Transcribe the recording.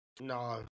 no